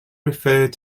referred